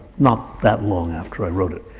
not that long after i wrote it.